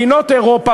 מדינות אירופה,